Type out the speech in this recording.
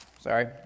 sorry